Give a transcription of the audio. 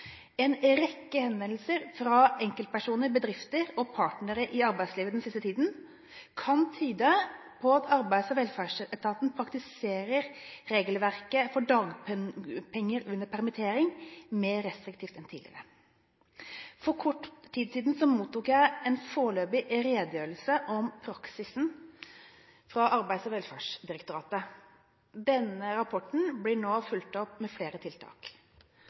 En rekke henvendelser fra enkeltpersoner, bedrifter og partnere i arbeidslivet den siste tiden kan tyde på at Arbeids- og velferdsetaten praktiserer regelverket for dagpenger under permittering mer restriktivt enn tidligere. For kort tid siden mottok jeg en foreløpig redegjørelse om praksisen fra Arbeids- og velferdsdirektoratet. Denne rapporten blir nå fulgt opp med flere tiltak.